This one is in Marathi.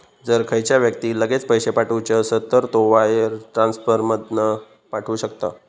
जर खयच्या व्यक्तिक लगेच पैशे पाठवुचे असत तर तो वायर ट्रांसफर मधना पाठवु शकता